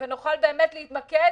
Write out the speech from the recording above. ונוכל באמת להתמקד